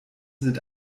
sind